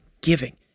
giving